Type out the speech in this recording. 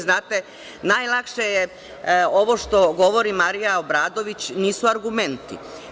Znate najlakše je, ovo što govori Marija Obradović nisu argumenti.